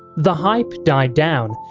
the hype died down,